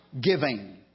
giving